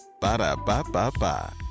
Ba-da-ba-ba-ba